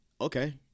Okay